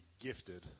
gifted